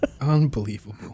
Unbelievable